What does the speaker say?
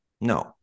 no